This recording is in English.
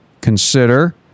consider